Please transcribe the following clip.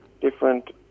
different